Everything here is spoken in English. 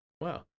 Wow